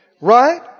right